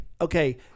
okay